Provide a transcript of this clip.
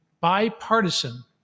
Bipartisan